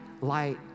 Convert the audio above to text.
light